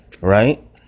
right